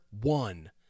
one